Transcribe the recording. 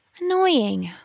annoying